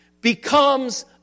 becomes